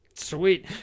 Sweet